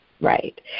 Right